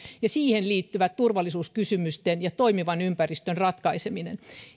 ja siihen liittyvien turvallisuuskysymysten ja toimivan ympäristön ratkaisemista